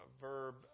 verb